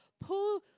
pull